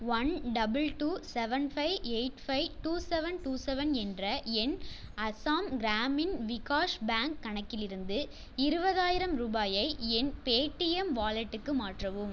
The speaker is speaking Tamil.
one double two seven five eight five two seven two seven என்ற என் அசாம் கிராமின் விகாஸ் பேங்க் கணக்கிலிருந்து இருபதாயிரம் ரூபாயை என் பேடீஎம் வாலெட்டுக்கு மாற்றவும்